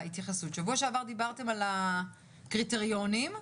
שיותר מדינות עומדות בקריטריונים האלה.